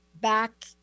back